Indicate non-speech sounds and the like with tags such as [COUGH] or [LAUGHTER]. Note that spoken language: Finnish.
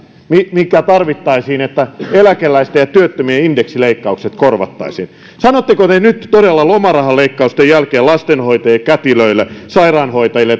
mikä tarvittaisiin että eläkeläisten ja työttömien indeksileikkaukset korvattaisiin sanotteko te nyt todella lomarahaleikkausten jälkeen lastenhoitajille kätilöille ja sairaanhoitajille [UNINTELLIGIBLE]